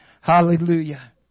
Hallelujah